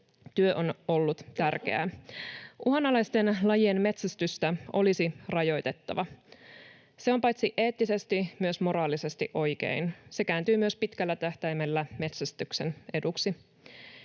Työ on ollut tärkeää. Uhanalaisten lajien metsästystä olisi rajoitettava. Se on paitsi eettisesti myös moraalisesti oikein. Se kääntyy myös pitkällä tähtäimellä metsästyksen eduksi.